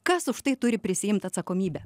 kas už tai turi prisiimt atsakomybę